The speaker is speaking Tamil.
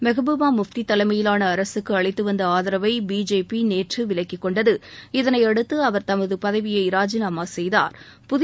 மெஹ்பூபா முப்தி தலைமயிலான அரசுக்கு அளித்து வந்த ஆதரவை பிஜேபி நேற்று விலக்கிக்கொண்டது இதனையடுத்து அவர் தமது பதவியை ராஜினாமா செய்தாா்